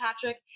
Patrick